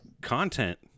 content